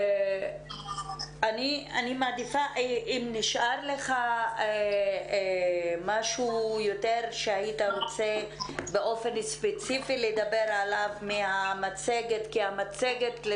האם נשאר לך משהו שהיית רוצה לדבר עליו באופן ספציפי מהמצגת?